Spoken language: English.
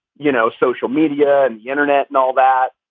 you know, social media and the internet and all that,